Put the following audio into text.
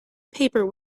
paper